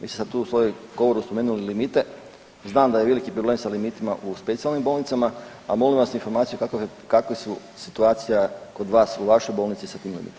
Vi ste sad tu u svom govoru spomenuli limite, znam da je veliki problem sa limitima u specijalnim bolnicama, a molim vas informaciju kakva je situacija kod vas u vašoj bolnici sa tim limitima?